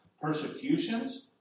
persecutions